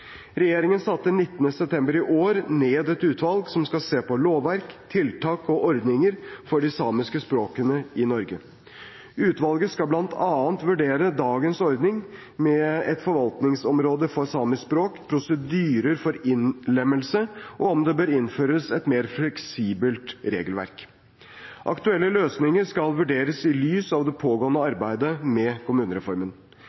Regjeringen satte 19. september i år ned et utvalg som skal se på lovverk, tiltak og ordninger for de samiske språkene i Norge. Utvalget skal bl.a. vurdere dagens ordning med et forvaltningsområde for samisk språk, prosedyrer for innlemmelse, og om det bør innføres et mer fleksibelt regelverk. Aktuelle løsninger skal vurderes i lys av det pågående